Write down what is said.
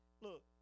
Look